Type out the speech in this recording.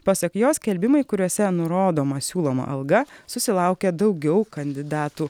pasak jo skelbimai kuriuose nurodoma siūloma alga susilaukia daugiau kandidatų